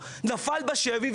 להיפגש עם